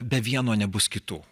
be vieno nebus kitų